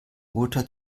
urteil